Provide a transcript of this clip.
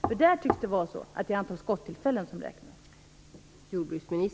Bland jägarna tycks det vara så att det är antalet skottillfällen som räknas.